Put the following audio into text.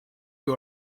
you